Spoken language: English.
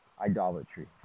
idolatry